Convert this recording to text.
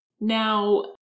Now